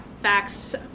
Facts